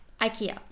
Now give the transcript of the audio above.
IKEA